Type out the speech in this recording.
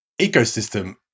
ecosystem